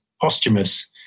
posthumous